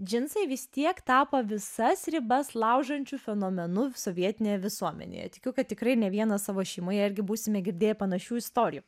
džinsai vis tiek tapo visas ribas laužančiu fenomenu sovietinėje visuomenėje tikiu kad tikrai ne vienas savo šeimoje irgi būsime girdėję panašių istorijų